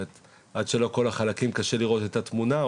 עד שלא כל החלקים קשה לראות את התמונה,